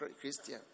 Christian